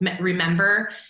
remember